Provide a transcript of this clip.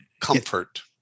comfort